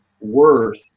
worth